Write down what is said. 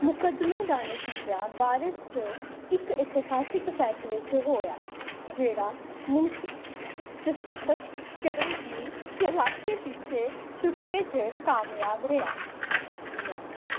मुक़दमे दा नतीजा भारत च इक इतिहासक फैसले च होआ जेह्ड़ा मनुक्खी तस्करें गी सलाखें पिच्छें सु'ट्टने च कामयाब रेहा